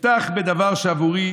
אפתח בדבר שעבורי